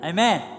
Amen